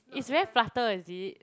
it's very flutter is it